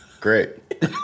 Great